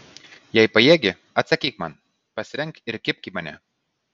jei pajėgi atsakyk man pasirenk ir kibk į mane